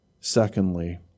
Secondly